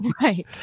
Right